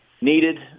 needed